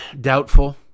Doubtful